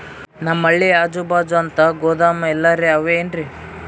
ನಮ್ ಹಳ್ಳಿ ಅಜುಬಾಜು ಅಂತ ಗೋದಾಮ ಎಲ್ಲರೆ ಅವೇನ್ರಿ?